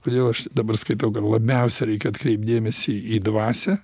todėl aš dabar skaitau kad labiausiai reikia atkreipt dėmesį į dvasią